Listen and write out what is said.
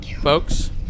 folks